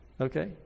Okay